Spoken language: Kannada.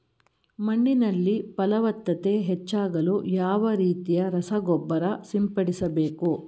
ಮಣ್ಣಿನಲ್ಲಿ ಫಲವತ್ತತೆ ಹೆಚ್ಚಾಗಲು ಯಾವ ರೀತಿಯ ರಸಗೊಬ್ಬರ ಸಿಂಪಡಿಸಬೇಕು?